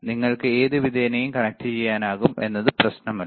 നിങ്ങൾക്ക് ഏതുവിധേനയും കണക്റ്റുചെയ്യാനാകും എന്നത് പ്രശ്നമല്ല